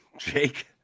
jake